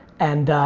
and